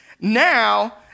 Now